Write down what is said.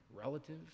relative